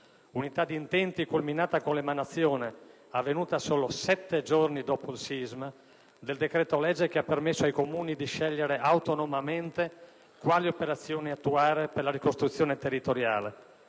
Unità d'intenti culminata con l'emanazione - avvenuta solo 7 giorni dopo il sisma - del decreto-legge che ha permesso ai Comuni di scegliere autonomamente quali operazioni attuare per la ricostruzione territoriale,